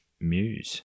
Muse